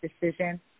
decision